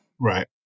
Right